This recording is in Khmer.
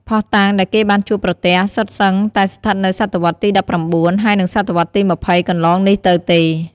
ភស្តុតាងដែលគេបានជួបប្រទះសុទ្ធសឹងតែស្ថិតនៅសតវត្សទី១៩ ហើយនិងសតវត្សរ៍ទី ២០ កន្លងនេះទៅទេ។